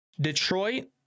Detroit